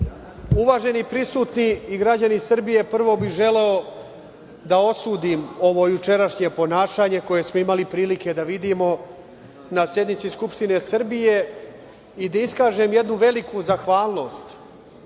prisutni i građani Srbije, prvo bih želeo da osudim ovo jučerašnje ponašanje koje smo imali prilike da vidimo na sednici Skupštine Srbije i da iskažem jednu veliku zahvalnost